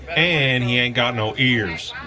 and he ain't got no ears